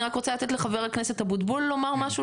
אני רוצה לתת לח"כ אבוטבול לומר משהו,